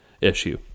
issue